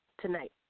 tonight